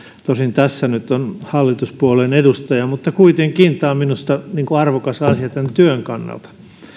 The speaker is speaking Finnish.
tosin tässä nyt on hallituspuolueen edustaja mutta kuitenkin tämä on minusta arvokas asia tämän työn kannalta